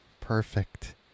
Perfect